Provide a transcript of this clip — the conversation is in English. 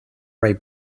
ray